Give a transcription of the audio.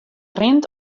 rint